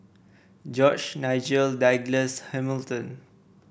George Nigel Douglas Hamilton